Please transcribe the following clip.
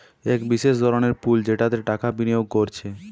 এক বিশেষ ধরনের পুল যেটাতে টাকা বিনিয়োগ কোরছে